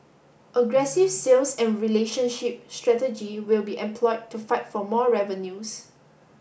aggressive sales and relationship strategy will be employed to fight for more revenues